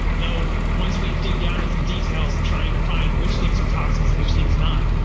though once we dig down into the details and trying to find which things are toxins and which things not,